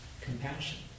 compassion